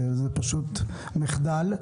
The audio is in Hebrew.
זה מחדל.